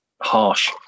harsh